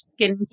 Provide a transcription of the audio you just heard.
skincare